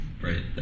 right